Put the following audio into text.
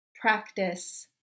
practice